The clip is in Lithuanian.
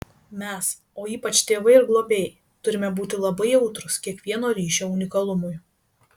mes o ypač tėvai ir globėjai turime būti labai jautrūs kiekvieno ryšio unikalumui